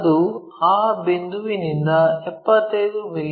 ಅದು ಆ ಬಿಂದುವಿನಿಂದ 75 ಮಿ